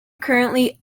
currently